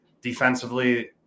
Defensively